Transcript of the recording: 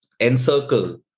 encircle